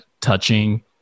touching